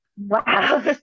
Wow